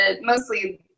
mostly